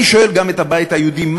אני שואל גם את הבית היהודי,